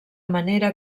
manera